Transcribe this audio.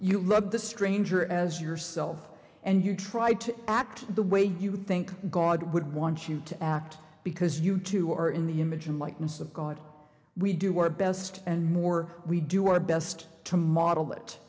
at the stranger as yourself and you try to act the way you think god would want you to act because you two are in the image and likeness of god we do our best and more we do our best to model